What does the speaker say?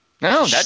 No